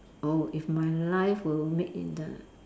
oh if my life were made in the